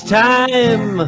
time